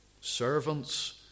servants